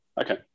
Okay